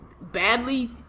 badly